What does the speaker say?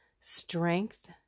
strength